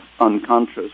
unconscious